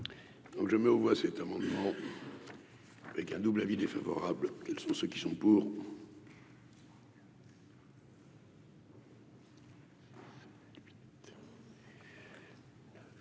Donc je mets aux voix cet amendement avec un double avis défavorable, quels sont ceux qui sont pour.